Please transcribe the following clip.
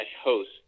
host